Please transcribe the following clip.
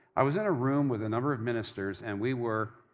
i was in a room with a number of ministers and we were